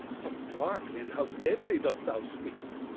how darkly and how deadly dost thou speak!